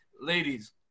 Ladies